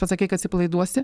pasakei kad atsipalaiduosi